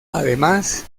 además